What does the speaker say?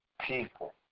people